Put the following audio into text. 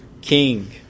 king